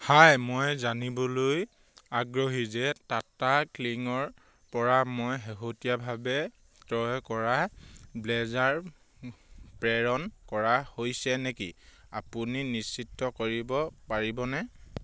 হাই মই জানিবলৈ আগ্ৰহী যে টাটা ক্লিকৰপৰা মই শেহতীয়াভাৱে ক্ৰয় কৰা ব্লেজাৰ প্ৰেৰণ কৰা হৈছে নেকি আপুনি নিশ্চিত কৰিব পাৰিবনে